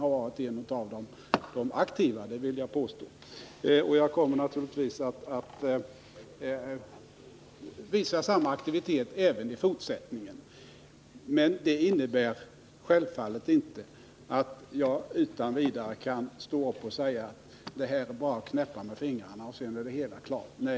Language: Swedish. Jag kommer naturligtvis att visa samma aktivitet även i fortsättningen. Men det innebär självfallet inte att jag utan vidare kan säga, att det bara är att knäppa med fingrarna så är det hela klart.